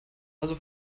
also